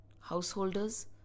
Householders